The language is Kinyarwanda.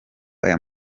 ayo